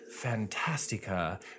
Fantastica